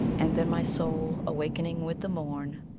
and then my soul, awaking with the morn,